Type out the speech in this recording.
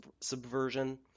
subversion